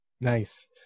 nice